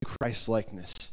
Christ-likeness